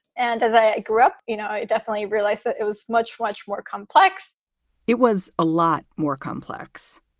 and as i grew up, you know, i definitely realized that it was much, much more complex it was a lot more complex,